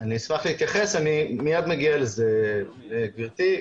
אני אשמח להתייחס, אני מיד מגיע לזה, גברתי.